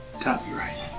copyright